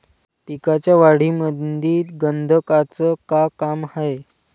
पिकाच्या वाढीमंदी गंधकाचं का काम हाये?